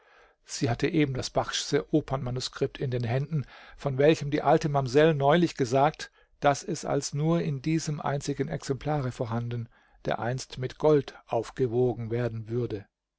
sie hatte eben das bachsche opernmanuskript in den händen von welchem die alte mamsell neulich gesagt daß es als nur in diesem einzigen exemplare vorhanden dereinst mit gold aufgewogen werden würde